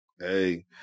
Hey